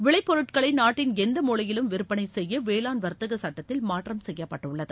விளைப்பொருட்களை நாட்டின் எந்த முளையிலும் விற்பனை செய்ய வேளாண் வர்த்தக சுட்டத்தில் மாற்றம் செய்யப்பட்டுள்ளது